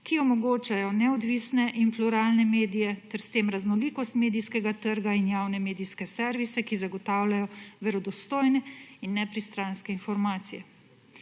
ki omogočajo neodvisne in pluralne medije ter s tem raznolikost medijskega trga in javne medijske servise, ki zagotavljajo verodostojne in nepristranske informacije.